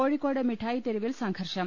കോഴിക്കോട് മിഠായിതെരുവിൽ സംഘർഷം